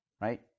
right